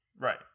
Right